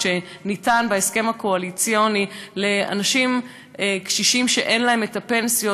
שניתן בהסכם הקואליציוני לאנשים קשישים שאין להם פנסיות,